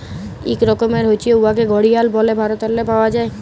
ইক রকমের হছে উয়াকে ঘড়িয়াল ব্যলে ভারতেল্লে পাউয়া যায়